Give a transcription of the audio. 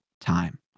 time